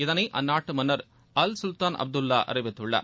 இதனை அந்நாட்டு மன்னர் அல்சுல்தான் அப்துல்லா அறிவித்துள்ளார்